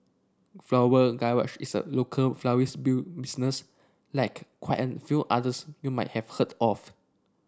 Floral Garage is a local florist built business like quite an few others you might have heard of